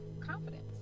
confidence